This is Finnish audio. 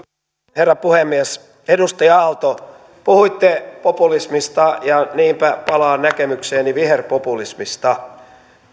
herra puhemies edustaja aalto puhuitte populismista ja niinpä palaan näkemykseeni viherpopulismista